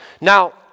Now